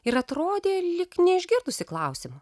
ir atrodė lyg neišgirdusi klausimo